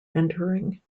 entering